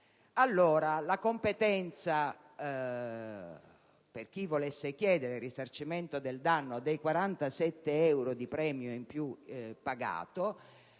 Allora la competenza per chi volesse chiedere il risarcimento del danno relativo ai questi 47 euro di premio in più pagati